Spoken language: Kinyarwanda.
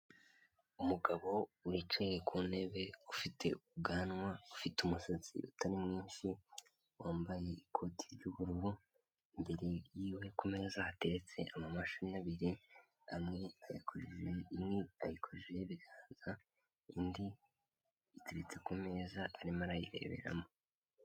Umugabo wicaye ku ntebe ufite ubwanwa, ufite umusatsi utari mwinshi wambaye ikoti ry'ubururu, imbere y'iwe ku meza ateretse ama mashini abiri imwe ayikojejeho ibiganza, indi iteretse ku meza arimo arayireberamo.